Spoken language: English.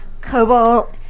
cobalt